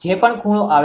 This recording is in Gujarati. જે પણ ખૂણો આવે તે